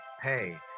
hey